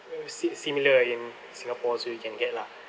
ya si~ similar in singapore also you can get lah